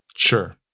Sure